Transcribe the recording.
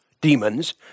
demons